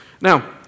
Now